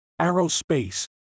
aerospace